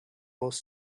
both